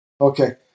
Okay